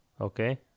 Okay